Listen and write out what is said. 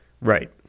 Right